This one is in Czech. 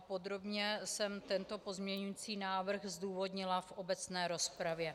Podrobně jsem tento pozměňovací návrh zdůvodnila v obecné rozpravě.